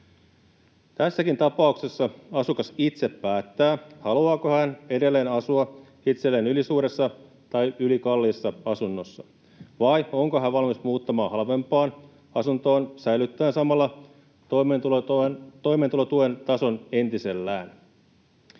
Tässäkin tapauksessa asukas itse päättää, haluaako hän edelleen asua itselleen ylisuuressa tai ylikalliissa asunnossa, vai onko hän valmis muuttamaan halvempaan asuntoon säilyttäen samalla toimeentulotuen tason entisellään.